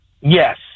Yes